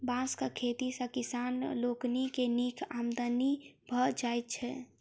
बाँसक खेती सॅ किसान लोकनि के नीक आमदनी भ जाइत छैन